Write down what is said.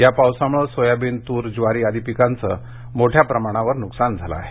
या पावसामुळे सोयाबिन तुर ज्वारी आदी पिकांचं मोठ्या प्रमाणावर नुकसान झालं आहे